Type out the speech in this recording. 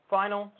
final